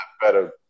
better